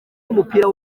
w’umupira